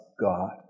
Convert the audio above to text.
God